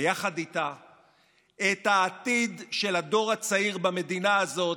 ויחד איתה, את העתיד של הדור הצעיר במדינה הזאת,